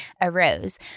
arose